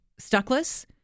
Stuckless